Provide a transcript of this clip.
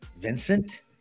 Vincent